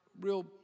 real